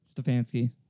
Stefanski